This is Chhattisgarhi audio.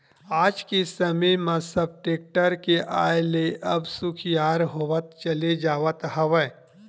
आज के समे म सब टेक्टर के आय ले अब सुखियार होवत चले जावत हवय